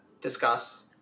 discuss